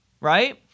right